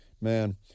Man